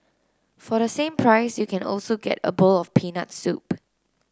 for the same price you can also get a bowl of peanut soup